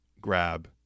grab